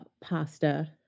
pasta